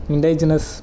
Indigenous